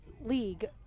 league